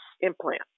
implant